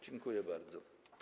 Dziękuję bardzo.